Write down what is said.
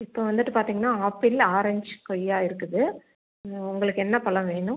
இப்போ வந்துவிட்டு பார்த்திங்கனா ஆப்பிள் ஆரேஞ் கொய்யா இருக்குது உங்களுக்கு என்ன பழம் வேணும்